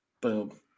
Boom